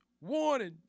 warning